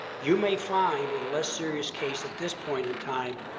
you may find in a less serious case, at this point in time,